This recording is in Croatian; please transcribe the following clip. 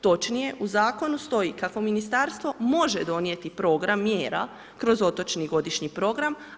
Točnije, u Zakonu stoji kako Ministarstvo može donijeti program mjera kroz otočni godišnji program.